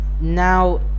now